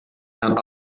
herrn